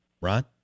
right